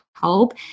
help